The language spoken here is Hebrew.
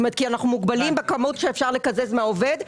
אנחנו מוגבלים בכמות שאפשר לקזז מהעובד.